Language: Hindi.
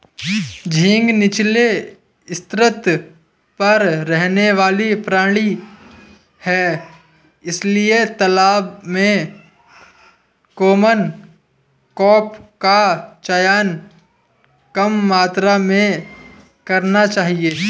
झींगा नीचले स्तर पर रहने वाला प्राणी है इसलिए तालाब में कॉमन क्रॉप का चयन कम मात्रा में करना चाहिए